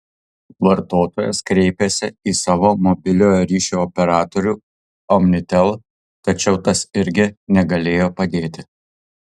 vartotojas kreipėsi į savo mobiliojo ryšio operatorių omnitel tačiau tas irgi negalėjo padėti